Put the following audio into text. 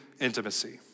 intimacy